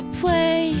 play